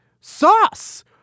sauce